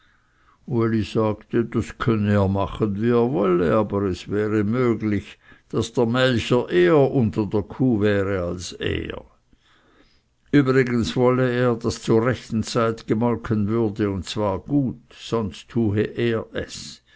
sagte das könnte er machen wie er wolle aber es wäre möglich daß der melcher eher unter der kuh wäre als er übrigens wolle er daß zur rechten zeit gemolken würde und zwar gut sonst tue er es